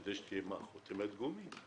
כדי שתהיה חותמת גומי?